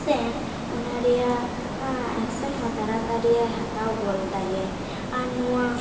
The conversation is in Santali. ᱥᱮ ᱚᱱᱟ ᱨᱮᱭᱟᱜ ᱮᱠᱥᱮᱱ ᱦᱚᱸ ᱛᱟᱲᱟ ᱛᱟᱹᱲᱤᱭ ᱦᱟᱛᱟᱣ ᱜᱚᱫ ᱫᱟᱭᱮ ᱟᱨ ᱱᱚᱣᱟ